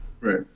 Right